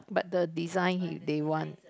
but the design they want